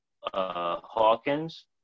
Hawkins